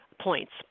points